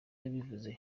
yabivuze